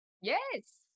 Yes